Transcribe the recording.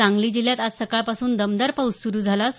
सांगली जिल्ह्यात आज सकाळपासून दमदार पाऊस सुरू झाला आहे